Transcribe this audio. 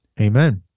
Amen